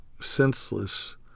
senseless